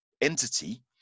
entity